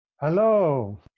Hello